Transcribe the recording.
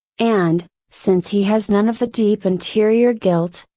and, since he has none of the deep interior guilt,